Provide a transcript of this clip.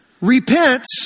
repents